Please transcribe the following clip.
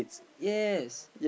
yes